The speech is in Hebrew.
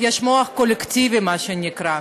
יש מוח קולקטיבי, מה שנקרא.